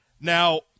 Now